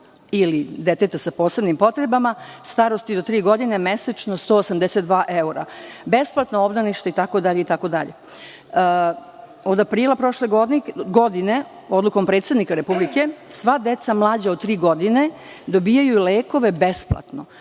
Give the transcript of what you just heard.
ili deteta sa posebnim potrebama starosti do tri godine je mesečno 182 evra, besplatno obdanište itd, itd. Od aprila prošle godine, odlukom predsednika Republike, sva deca mlađa od tri godine dobijaju besplatno